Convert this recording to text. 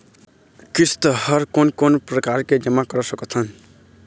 किस्त हर कोन कोन प्रकार से जमा करा सकत हन?